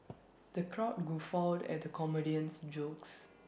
the crowd guffawed at the comedian's jokes